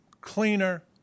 cleaner